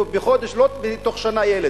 לא בתוך שנה ילד,